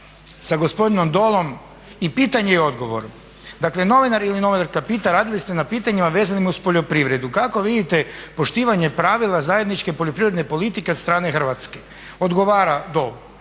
sa gospodinom Dolom i pitanje i odgovor. Dakle novinar ili novinarka pita: "Radili ste na pitanjima vezanim uz poljoprivredu, kako vidite poštivanje pravila zajedničke poljoprivredne politike od strane Hrvatske?". Odgovora Dol: